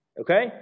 Okay